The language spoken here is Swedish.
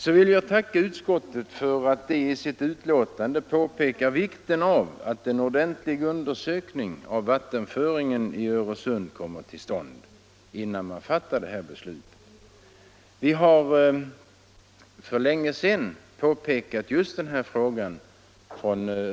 Jag vill tacka utskottet för att det i sitt betänkande påpekar vikten av att en ordentlig undersökning av vattenföringen i Öresund kommer till stånd innan beslut fattas.